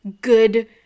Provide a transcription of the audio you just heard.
good